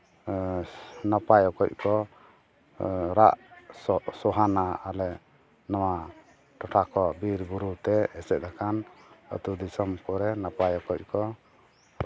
ᱱᱟᱯᱟᱭ ᱚᱠᱚᱡ ᱠᱚ ᱨᱟᱜ ᱥᱚᱦᱟᱱᱟ ᱟᱞᱮ ᱱᱚᱣᱟ ᱴᱚᱴᱷᱟ ᱠᱚ ᱵᱤᱨᱼᱵᱩᱨᱩᱛᱮ ᱮᱥᱮᱫ ᱟᱠᱟᱱ ᱟᱛᱳ ᱫᱤᱥᱚᱢ ᱠᱚᱨᱮ ᱱᱟᱯᱟᱭ ᱚᱠᱚᱡ ᱠᱚ